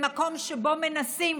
במקום שבו מנסים,